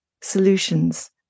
solutions